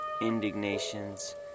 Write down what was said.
indignations